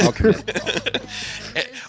okay